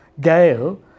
Gale